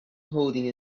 holding